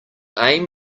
aim